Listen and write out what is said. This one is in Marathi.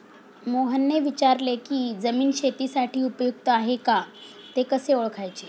मोहनने विचारले की जमीन शेतीसाठी उपयुक्त आहे का ते कसे ओळखायचे?